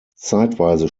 zeitweise